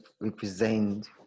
represent